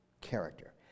character